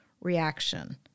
reaction